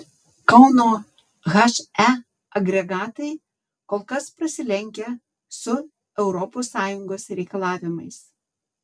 kauno he agregatai kol kas prasilenkia su europos sąjungos reikalavimais